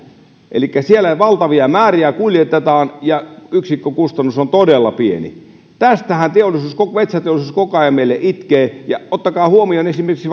siellä valtavia määriä kuljetetaan ja yksikkökustannus on todella pieni tästähän metsäteollisuus koko ajan meille itkee ottakaa huomioon esimerkiksi